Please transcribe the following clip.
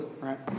right